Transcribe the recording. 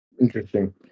Interesting